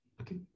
Okay